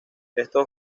estos